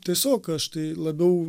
tiesiog aš tai labiau